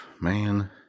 man